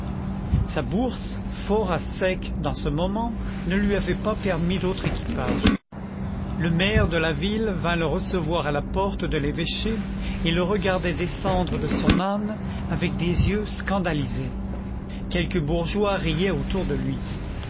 sa bourse fort à sec dans ce moment ne lui avait pas permis d'autre équipage le maire de la ville vint le recevoir à la porte de l'évêché et le regardait descendre de son âne avec des yeux scandalisés quelques bourgeois riaient autour de lui